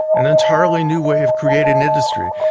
and entirely new way of creating industry,